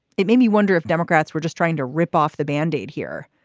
it made me wonder if democrats were just trying to rip off the band-aid here,